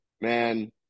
man